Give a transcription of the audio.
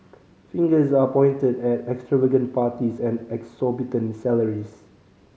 fingers are pointed at extravagant parties and exorbitant salaries